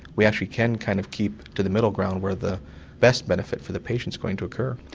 we actually can kind of keep to the middle ground where the best benefit for the patient's going to occur.